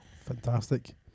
Fantastic